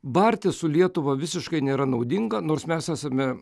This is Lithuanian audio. bartis su lietuva visiškai nėra naudinga nors mes esame